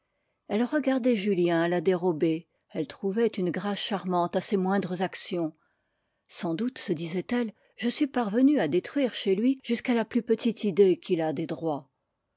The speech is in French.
elle regardait julien à la dérobée elle trouvait une grâce charmante à ses moindres actions sans doute se disait-elle je suis parvenue à détruire chez lui jusqu'à la plus petite idée qu'il a des droits